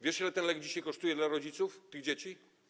Wiesz, ile ten lek dzisiaj kosztuje rodziców tych dzieci?